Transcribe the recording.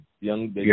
young